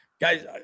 guys